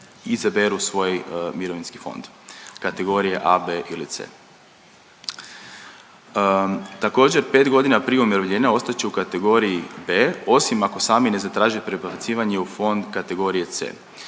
izaberu svoj mirovinski fond kategorije A, B ili C. Također 5.g. prije umirovljenja ostat će u kategoriji E, osim ako sami ne zatraže prebacivanje u fond kategorije C,